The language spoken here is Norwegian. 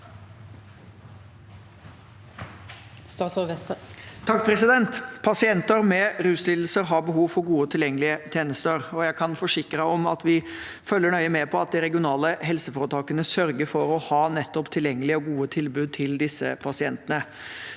Pasienter med ruslidelser har behov for gode, tilgjengelige tjenester, og jeg kan forsikre om at vi følger nøye med på at de regionale helseforetakene sørger for å ha nettopp tilgjengelige og gode tilbud til disse pasientene.